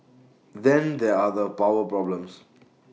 then there are the power problems